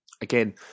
Again